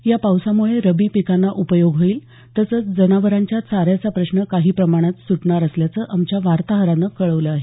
या पावसाम्ळे रबी पिकांना उपयोग होईल तसंच जनावरांच्या चाऱ्याचा प्रश्न काही प्रमाणात सुटणार असल्याचं आमच्या वार्ताहरानं कळवलं आहे